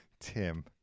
Tim